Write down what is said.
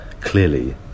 clearly